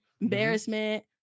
embarrassment